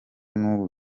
n’ubu